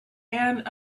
and